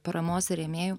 paramos ir rėmėjų